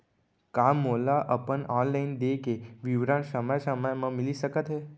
का मोला अपन ऑनलाइन देय के विवरण समय समय म मिलिस सकत हे?